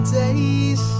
days